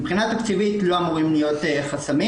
מבחינה תקציבית לא אמורים להיות חסמים.